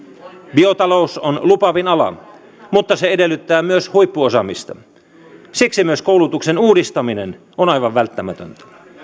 biotalous on lupaavin ala mutta se edellyttää myös huippuosaamista siksi myös koulutuksen uudistaminen on aivan välttämätöntä